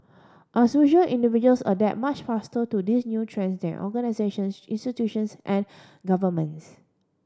as usual individuals adapt much faster to these new trends than organisations institutions and governments